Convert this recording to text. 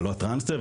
הלא טרנסי,